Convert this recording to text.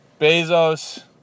Bezos